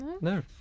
No